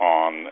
on